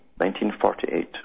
1948